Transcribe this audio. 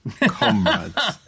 comrades